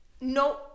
no